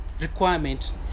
requirement